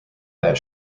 that